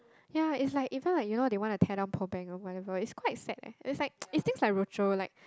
ya is like if now like like you know they wanna tear down poor bank or whatever is quite sad lah is like it's things like Rocher like